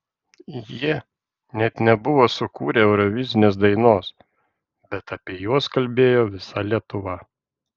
jie net nebuvo sukūrę eurovizinės dainos bet apie juos kalbėjo visa lietuva